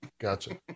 gotcha